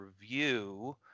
review